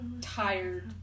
Tired